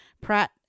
Pratt